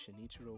Shinichiro